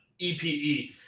EPE